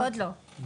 עוד לא.